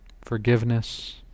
Forgiveness